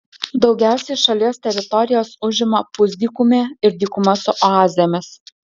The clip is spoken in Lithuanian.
daugiausiai šalies teritorijos užima pusdykumė ir dykuma su oazėmis